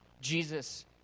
Jesus